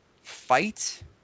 fight